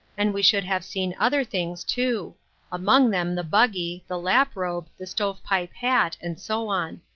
and we should have seen other things, too among them the buggy, the lap-robe, the stove-pipe hat, and so on.